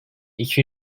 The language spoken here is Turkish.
iki